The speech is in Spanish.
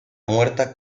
muerta